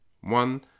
one